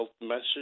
message